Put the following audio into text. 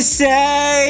say